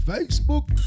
Facebook